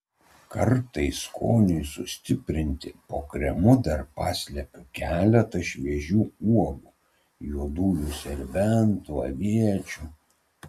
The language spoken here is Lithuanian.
kartais skoniui sustiprinti po kremu dar paslepiu keletą šviežių uogų juodųjų serbentų aviečių